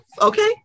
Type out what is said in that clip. Okay